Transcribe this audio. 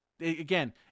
again